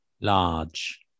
Large